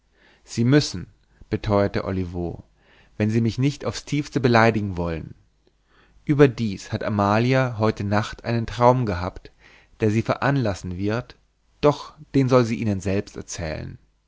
sie müssen beteuerte olivo wenn sie mich nicht aufs tiefste beleidigen wollen überdies hat amalia heute nacht einen traum gehabt der sie veranlassen wird doch den soll sie ihnen selbst erzählen